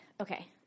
Okay